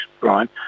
Brian